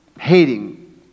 hating